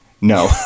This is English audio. no